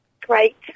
Great